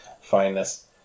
fineness